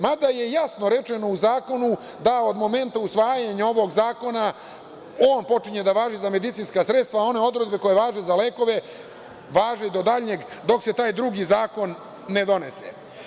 Mada je jasno rečeno u zakonu da od momenta usvajanja ovog zakona on počinje da važi za medicinska sredstva, o one odredbe koje važe za lekove, važe do daljnjeg dok se taj drugi zakon ne donese.